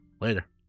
Later